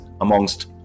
amongst